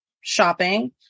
shopping